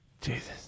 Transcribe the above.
Jesus